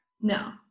No